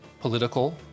political